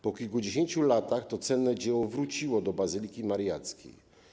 Po kilkudziesięciu latach to cenne dzieło wróciło do bazyliki Mariackiej.